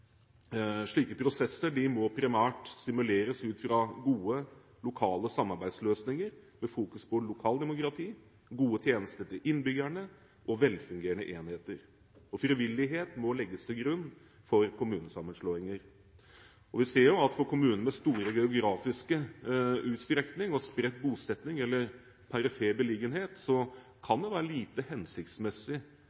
Slike prosesser må primært stimuleres ut fra gode lokale samarbeidsløsninger, med fokus på lokaldemokrati, gode tjenester til innbyggerne og velfungerende enheter. Frivillighet må legges til grunn for kommunesammenslåinger. Vi ser jo at for kommuner med store geografiske utstrekninger og spredt bosetting eller